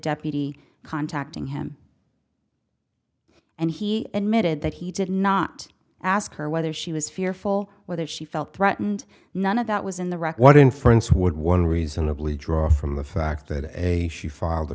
deputy contacting him and he admitted that he did not ask her whether she was fearful whether she felt threatened none of that was in the wreck what inference would one reasonably draw from the fact that a she filed a